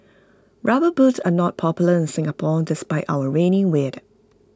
rubber boots are not popular in Singapore despite our rainy weather